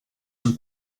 him